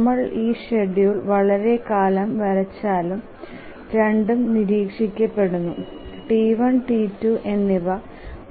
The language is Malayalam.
നമ്മൾ ഈ ഷെഡ്യൂൾ വളരെക്കാലം വരച്ചാലും രണ്ടും നിരീക്ഷിക്കപ്പെടുന്നു T1 T2 എന്നിവ